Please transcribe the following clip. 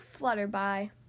Flutterby